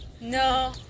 No